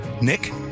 Nick